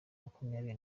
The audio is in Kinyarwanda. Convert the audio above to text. makumyabiri